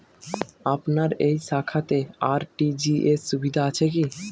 আপনার এই শাখাতে আর.টি.জি.এস সুবিধা আছে কি?